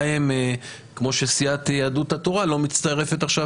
כמו שסיעת יהדות התורה לא מצטרפת עכשיו